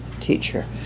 teacher